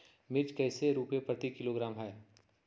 मिर्च कैसे रुपए प्रति किलोग्राम है?